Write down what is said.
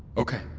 okay.